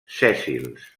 sèssils